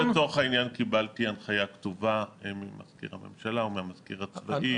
קיבלתי הנחיה כתובה ממזכיר הממשלה או מהמזכיר הצבאי,